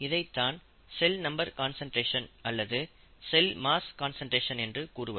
இதைத்தான் cell number concentration அல்லது cell mass concentration என்று கூறுவர்